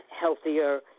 healthier